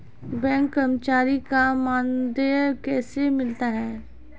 Bank कर्मचारी का मानदेय कैसे मिलता हैं?